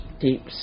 deep